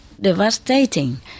Devastating